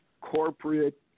corporate